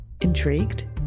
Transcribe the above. Intrigued